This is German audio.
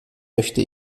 möchte